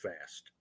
fast